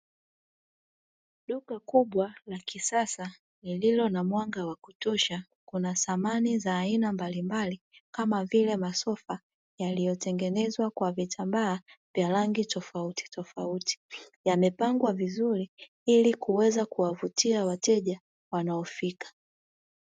Duka kubwa la kisasa lililo na mwanga wa kutosha kuna samani mbalimbali kama vile masofa yaliyotengenezwa kwa vitambaa vya rangi tofauti tofauti, yamepangwa vizuri ili kuweza kuwavutia wateja wanaofika.